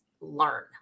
learn